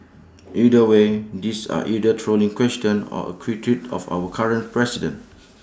either way these are either trolling questions or A critique of our current president